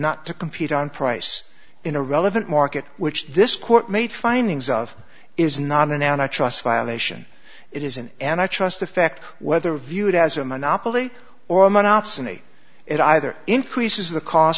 not to compete on price in a relevant market which this court made findings of is not an antitrust violation it is an antitrust effect whether viewed as a monopoly or a monopsony it either increases the cost